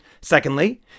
Secondly